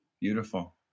beautiful